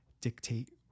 dictate